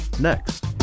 Next